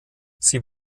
sie